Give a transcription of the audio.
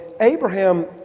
Abraham